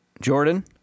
Jordan